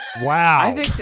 Wow